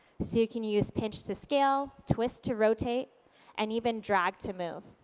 so you can use pinch to scale, twist to rotate and even drag to move.